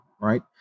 right